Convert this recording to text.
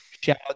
Shout